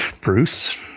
Bruce